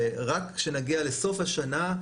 רק כשנגיע לסוף השנה,